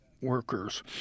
workers